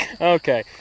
Okay